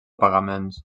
pagaments